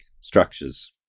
structures